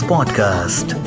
Podcast